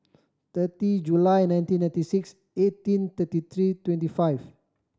thirty July nineteen ninety six eighteen thirty three twenty five